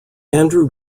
andrew